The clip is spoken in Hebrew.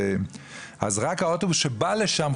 אז רק האוטובוס שבא לשם,